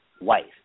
wife